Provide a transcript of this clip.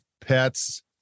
pets